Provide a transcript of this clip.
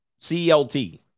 CLT